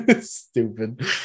Stupid